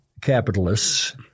capitalists